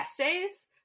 essays